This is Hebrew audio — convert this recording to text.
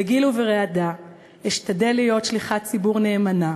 בגיל וברעדה אשתדל להיות שליחת ציבור נאמנה,